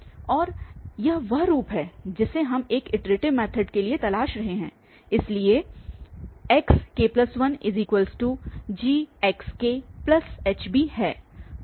और यह वह रूप है जिसे हम एक इटरेटिव मैथड के लिए तलाश रहे हैं इसलिए xk1GxHb है